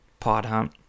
Podhunt